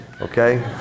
okay